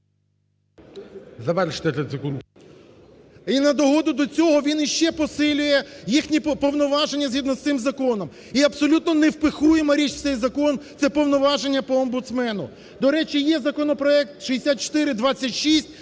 І на догоду до цього він іще посилює їхні повноваження згідно з цим законом. І абсолютно невпихуєма річ в цей закон – це повноваження по омбудсмену. До речі, є законопроект 6426,